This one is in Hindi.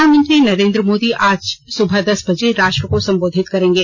प्रधानमंत्री नरेन्द्र मोदी आज सुबह दस बजे राष्ट्र को सम्बोधित करेंगे